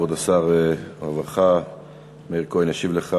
כבר שר הרווחה מאיר כהן ישיב לך